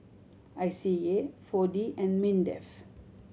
I C A Four D and MINDEF